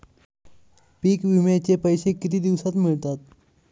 पीक विम्याचे पैसे किती दिवसात मिळतात?